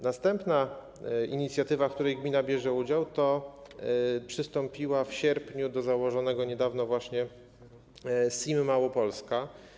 Następna inicjatywa, w której gmina bierze udział, to przystąpienie w sierpniu do założonego niedawno SIM Małopolska.